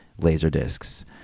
laserdiscs